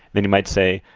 then you might say,